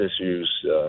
issues